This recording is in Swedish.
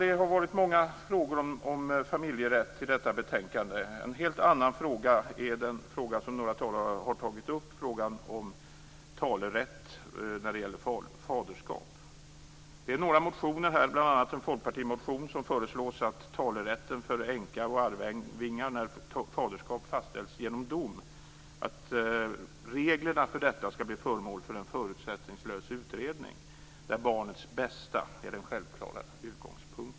Det har varit många frågor om familjerätt i detta betänkande. En helt annan fråga är den som några talare har tagit upp om talerätt när det gäller faderskap. Det finns några motioner här, bl.a. en folkpartimotion, där det föreslås att reglerna för talerätt för änka och arvingar när faderskap fastställs genom dom skall bli föremål för en förutsättningslös utredning där barnets bästa är den självklara utgångspunkten.